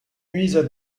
nuisent